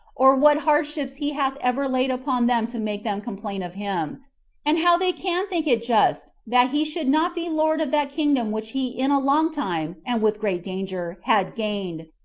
or what hardships he hath ever laid upon them to make them complain of him and how they can think it just that he should not be lord of that kingdom which he in a long time, and with great danger, had gained,